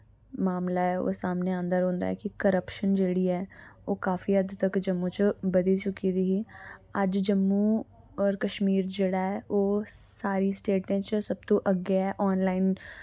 मामला ऐ ओह् सामने आंदा रोह्नदा ऐ कि करप्शन जेह्ड़ी ऐ ओह् काफी हद तक जम्मू च बधी चुकी दी ही अज जम्मू और कश्मीर जेह्ड़ा ऐ ओह् सारी स्टेटें च सबतो अग्गे ऐ आनलाइन